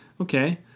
okay